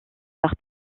par